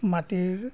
মাটিৰ